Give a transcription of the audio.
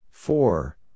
Four